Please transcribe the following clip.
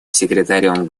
секретарем